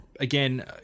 again